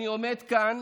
אני עומד כאן